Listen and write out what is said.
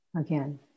again